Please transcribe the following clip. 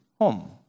home